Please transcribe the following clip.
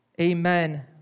Amen